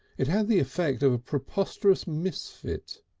it had the effect of a preposterous misfit.